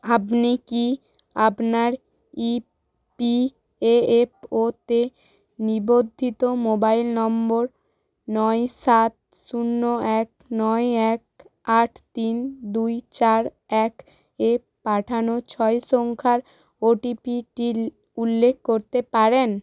আবনি কি আপনার E P F O তে নিবন্ধিত মোবাইল নম্বর নয় সাত শূন্য এক নয় এক আট তিন দুই চার এক এ পাঠানো ছয় সংখ্যার ও টি পি টির উল্লেখ করতে পারেন